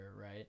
right